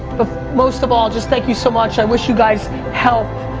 but most of all, just thank you so much, i wish you guys health,